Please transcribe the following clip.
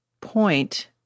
point